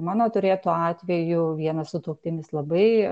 mano turėtu atveju vienas sutuoktinis labai